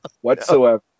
whatsoever